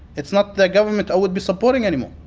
it's not the government i would be supporting anymore.